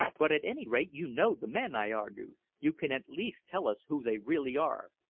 but at any rate you know the men, i argued. you can at least tell us who they really are.